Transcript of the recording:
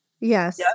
yes